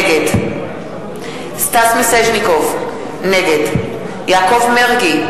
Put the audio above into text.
נגד סטס מיסז'ניקוב, נגד יעקב מרגי,